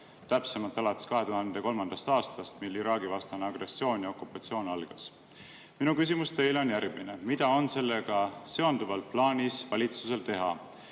täpsemalt alates 2003. aastast, mil Iraagi-vastane agressioon ja okupatsioon algas. Minu küsimus teile on järgmine: mida on valitsusel sellega seonduvalt plaanis teha?